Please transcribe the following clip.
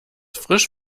frisch